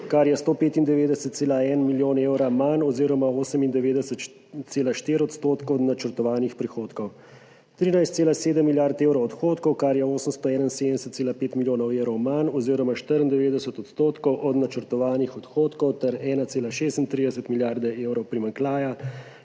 kar je 195,1 milijon evra manj oziroma 98,4 % od načrtovanih prihodkov, 13,7 milijard evrov odhodkov, kar je 871,5 milijona evrov manj oziroma94 % od načrtovanih odhodkov, ter 1,36 milijarde evrov primanjkljaja,